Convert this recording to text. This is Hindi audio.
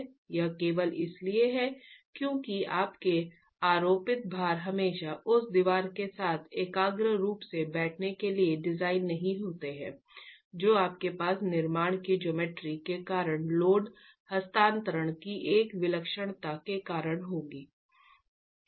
यह केवल इसलिए है क्योंकि आपके आरोपित भार हमेशा उस दीवार के साथ एकाग्र रूप से बैठने के लिए डिजाइन नहीं होते हैं जो आपके पास निर्माण की ज्योमेट्री के कारण लोड हस्तांतरण की एक विलक्षणता के कारण होगी